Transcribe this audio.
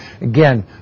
again